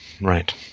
right